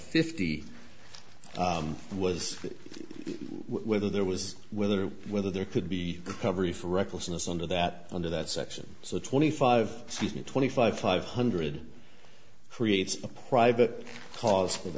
fifty was whether there was whether or whether there could be coverage for recklessness under that under that section so twenty five c twenty five five hundred creates a private cause of